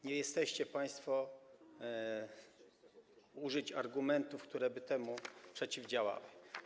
Nie jesteście państwo w stanie użyć argumentów, które by temu przeciwdziałały.